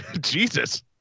Jesus